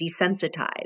desensitized